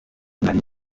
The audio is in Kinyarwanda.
nari